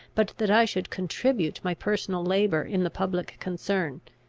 but that i should contribute my personal labour in the public concern.